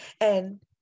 And-